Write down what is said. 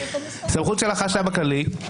הסמכות של החשב הכללי.